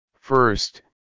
First